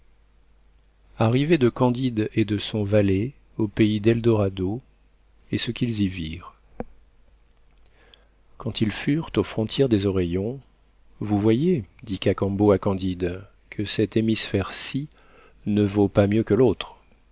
arrivée de candide et de son valet au pays d'eldorado et ce qu'ils y virent quand ils furent aux frontières des oreillons vous voyez dit cacambo à candide que cet hémisphère ci ne vaut pas mieux que l'autre